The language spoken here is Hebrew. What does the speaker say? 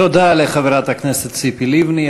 תודה לחברת הכנסת ציפי לבני,